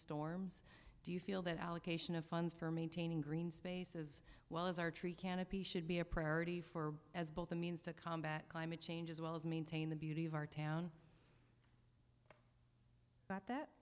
storms do you feel that allocation of funds for maintaining green space as well as our tree canopy should be a priority for as both a means to combat climate change as well as maintain the beauty of our town not that